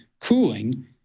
cooling